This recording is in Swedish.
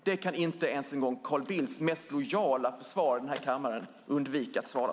Det kan inte ens Carl Bildts mest lojala försvarare här i kammaren ignorera.